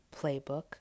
Playbook